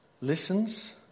Listens